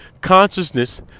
consciousness